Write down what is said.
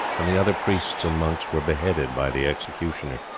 and the other priests and monks were beheaded by the executioner.